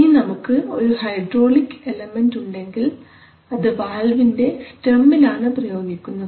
ഇനി നമുക്ക് ഒരു ഹൈഡ്രോളിക് എലമെൻറ് ഉണ്ടെങ്കിൽ അത് വാൽവിന്റെ സ്റ്റെമിലാണ് പ്രയോഗിക്കുന്നത്